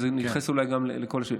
וזה מתייחס אולי גם לכל השאילתות.